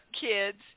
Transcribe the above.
kids